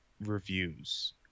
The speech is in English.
reviews